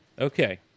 Okay